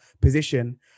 position